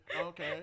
Okay